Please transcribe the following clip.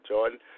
Jordan